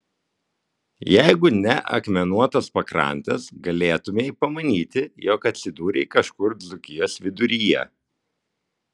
jeigu ne akmenuotos pakrantės galėtumei pamanyti jog atsidūrei kažkur dzūkijos viduryje